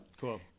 Cool